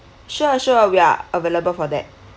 sure sure we are available for that